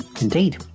Indeed